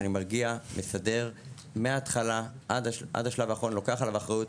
כשאני מגיע לסדר מההתחלה עד השלב האחרון לוקח עליו אחריות,